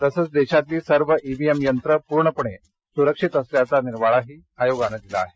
तसंच देशातली सर्व ई व्ही एम यंत्र पूर्णपणे सुरक्षित असल्याचा निर्वाळाही निवडणूक आयोगानं दिला आहे